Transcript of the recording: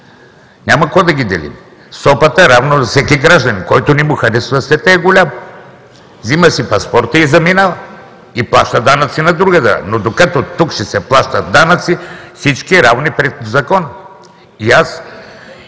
Няма какво да ги делим. Сопата равно за всеки гражданин. Който не му харесва, светът е голям – взема си паспорта и заминава, и плаща данъци на друга държава. Но докато тук ще се плащат данъци, всички равни пред закона – и